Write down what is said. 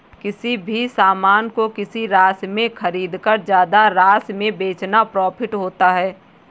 किसी भी सामान को किसी राशि में खरीदकर ज्यादा राशि में बेचना प्रॉफिट होता है